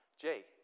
Jay